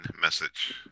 message